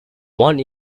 one